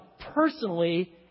personally